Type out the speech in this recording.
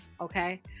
okay